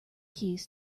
keys